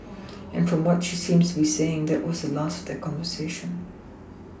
and from what she seems to be saying that was the last of their conversation